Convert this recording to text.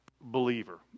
believer